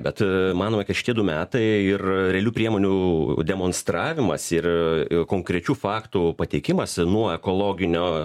bet manome kad šie du metai ir realių priemonių demonstravimas ir konkrečių faktų pateikimas nuo ekologinio